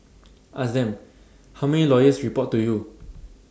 ask them how many lawyers report to you